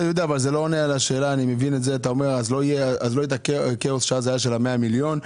אתה אומר, אז לא יהיה הכאוס של ה-100 מיליון,